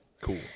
Cool